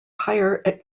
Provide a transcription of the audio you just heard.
higher